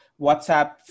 WhatsApp